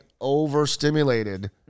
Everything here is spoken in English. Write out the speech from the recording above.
overstimulated